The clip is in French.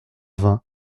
vingt